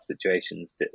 situations